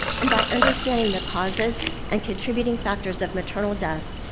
and by understanding the causes and contributing factors of maternal deaths,